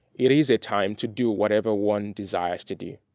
it is a time to do whatever one desires to do.